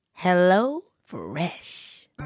HelloFresh